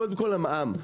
קודם כול, המע"מ.